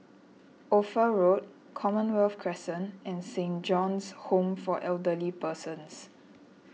Ophir Road Commonwealth Crescent and Saint John's Home for Elderly Persons